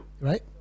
right